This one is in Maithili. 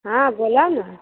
हँ बोलऽ ने